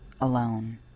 alone